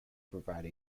provide